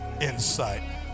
insight